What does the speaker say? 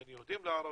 בין יהודים לערבים,